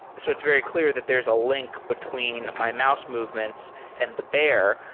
so it's very clear that there's a link between my mouse movements and the bear,